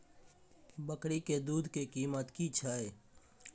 बकरी के दूध के कीमत की छै?